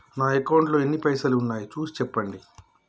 నా అకౌంట్లో ఎన్ని పైసలు ఉన్నాయి చూసి చెప్పండి?